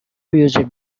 used